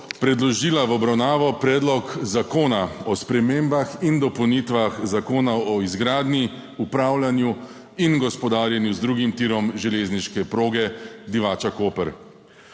tretjo obravnavo Predloga zakona o spremembah in dopolnitvah Zakona o izgradnji, upravljanju in gospodarjenju z drugim tirom železniške proge Divača–Koper